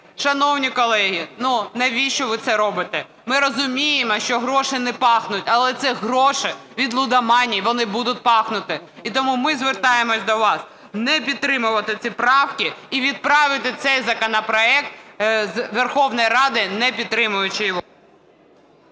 Шановні колеги, навіщо ви це робите? Ми розуміємо, що гроші не пахнуть, але це гроші від лудоманії, вони будуть пахнути. І тому ми звертаємося до вас, не підтримувати ці правки і відправити цей законопроект з Верховної Ради не підтримуючи його.